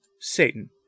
Satan